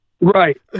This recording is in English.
Right